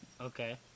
Okay